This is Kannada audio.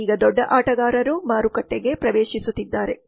ಈಗ ದೊಡ್ಡ ಆಟಗಾರರು ಮಾರುಕಟ್ಟೆಗೆ ಪ್ರವೇಶಿಸುತ್ತಿದ್ದಾರೆ